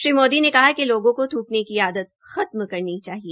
श्री मोदी ने कहा कि लोगों को थूकने की आदत खत्म करनी चाहिए